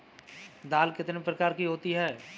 दाल कितने प्रकार की होती है?